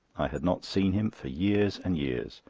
i had not seen him for years and years.